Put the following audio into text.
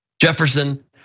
Jefferson